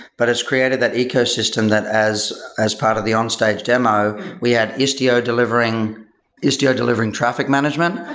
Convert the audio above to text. but it's created that ecosystem that as as part of the onstage demo, we had istio delivering istio delivering traffic management.